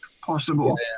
possible